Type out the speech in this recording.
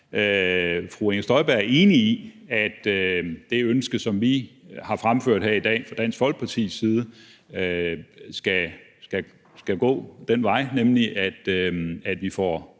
fru Inger Støjberg, om hun er enig i, at det ønske, som vi har fremført her i dag fra Dansk Folkepartis side, skal opfyldes, sådan at vi får